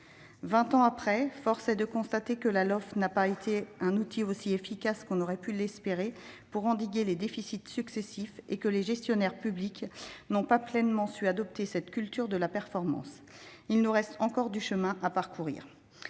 ans après, force est de constater que la LOLF n'a pas été un outil aussi efficace que l'on aurait pu l'espérer pour endiguer les déficits successifs et que les gestionnaires publics n'ont pas pleinement su adopter cette culture de la performance. Il nous reste encore du chemin à parcourir